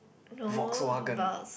Volkswagen